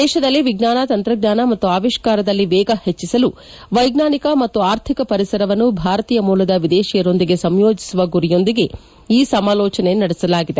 ದೇಶದಲ್ಲಿ ವಿಜ್ಞಾನ ತಂತ್ರಜ್ಞಾನ ಮತ್ತು ಆವಿಷ್ಕಾರದಲ್ಲಿ ವೇಗ ಹೆಚ್ಚಸಲು ವೈಜ್ವಾನಿಕ ಮತ್ತು ಆರ್ಥಿಕ ಪರಿಸರವನ್ನು ಭಾರತೀಯ ಮೂಲದ ವಿದೇಶಿಯರೊಂದಿಗೆ ಸಂಯೋಜಿಸುವ ಗುರಿಯೊಂದಿಗೆ ಈ ಸಮಾಲೋಚನೆ ನಡೆಸಲಾಗಿದೆ